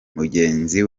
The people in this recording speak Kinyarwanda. mugenzi